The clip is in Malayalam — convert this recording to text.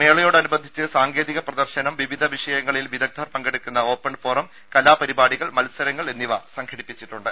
മേളയോട് അനുബന്ധിച്ച് സാങ്കേതിക പ്രദർശനം വിവിധ വിഷയങ്ങളിൽ വിദഗ്ധർ പങ്കെടുക്കുന്ന ഓപ്പൺ ഫോറം കലാപരിപാടികൾ മത്സരങ്ങൾ എന്നിവ സംഘടിപ്പിച്ചിട്ടിട്ടുണ്ട്